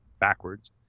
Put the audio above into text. backwards